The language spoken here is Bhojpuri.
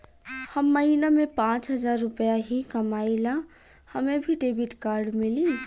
हम महीना में पाँच हजार रुपया ही कमाई ला हमे भी डेबिट कार्ड मिली?